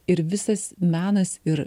ir visas menas ir